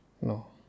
No